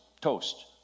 toast